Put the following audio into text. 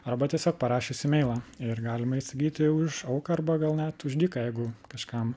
arba tiesiog parašius imeilą ir galima įsigyti už auką arba gal net už dyka jeigu kažkam